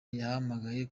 yahamagaye